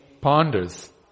ponders